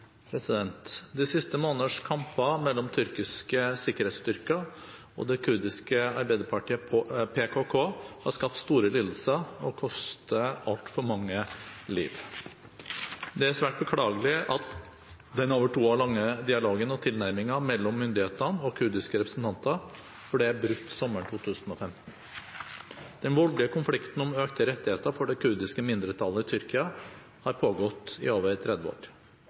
De siste måneders kamper mellom tyrkiske sikkerhetsstyrker og det kurdiske arbeiderpartiet, PKK, har skapt store lidelser og kostet altfor mange liv. Det er svært beklagelig at den over to år lange dialogen og tilnærmingen mellom myndighetene og kurdiske representanter ble brutt sommeren 2015. Den voldelige konflikten om økte rettigheter for det kurdiske mindretallet i Tyrkia har pågått i over 30 år.